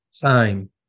time